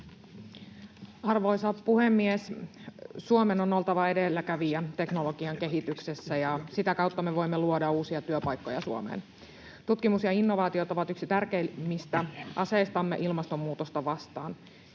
Arvoisa puhemies! Suomen on oltava edelläkävijä teknologian kehityksessä, ja sitä kautta me voimme luoda uusia työpaikkoja Suomeen. Tutkimus ja innovaatiot ovat yksi tärkeimmistä aseistamme ilmastonmuutosta vastaan.